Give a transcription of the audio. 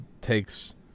takes